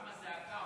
קמה זעקה,